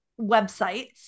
websites